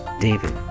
David